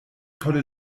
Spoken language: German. tolle